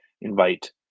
invite